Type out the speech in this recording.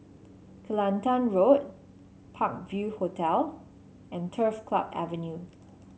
Kelantan Road Park View Hotel and Turf Club Avenue